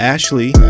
Ashley